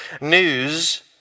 news